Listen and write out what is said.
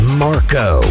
marco